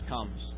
comes